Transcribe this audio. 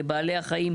לבעלי החיים,